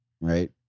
right